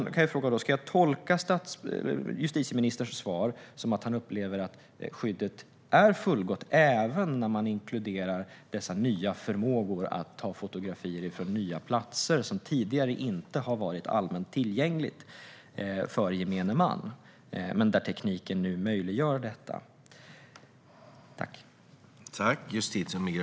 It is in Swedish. Ska jag tolka justitieministerns svar som att han upplever att skyddet är fullgott även om man inkluderar de nya förmågorna att ta fotografier från nya platser, som inte tidigare har varit allmänt tillgängliga för gemene man men som tekniken nu möjliggör?